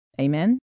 Amen